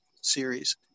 series